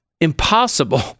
impossible